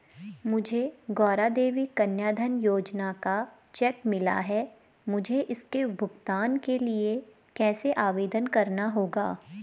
मुझे गौरा देवी कन्या धन योजना का चेक मिला है मुझे इसके भुगतान के लिए कैसे आवेदन करना होगा?